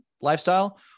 lifestyle